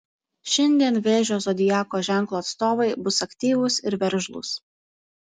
šiandien vėžio zodiako ženklo atstovai bus aktyvūs ir veržlūs